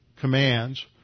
commands